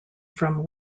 from